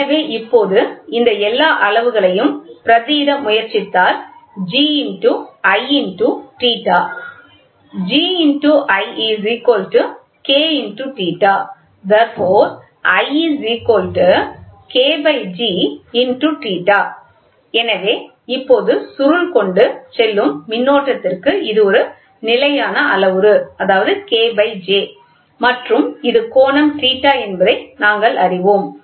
எனவே இப்போது அந்த எல்லாஅளவுகளையும் பிரதியீட முயற்சித்தால் G × I × θ G × I K × θ I KG ×θ எனவே இப்போது சுருள் கொண்டுசெல்லும் மின்னோட்டத்திற்கு இது ஒரு நிலையான அளவுரு K G மற்றும் இது ஒரு கோணம் θ என்பதை நாங்கள் அறிவோம்